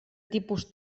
tipus